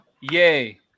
Yay